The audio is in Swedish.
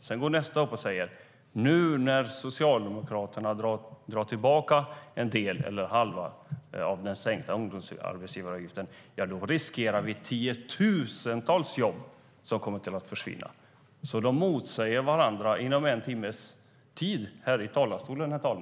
Sedan går nästa moderat upp i talarstolen och säger: När nu Socialdemokraterna drar tillbaka en del eller hälften av den sänkta ungdomsarbetsgivaravgiften riskerar vi tiotusentals jobb. Moderaterna motsäger varandra under en och samma timme här i talarstolen.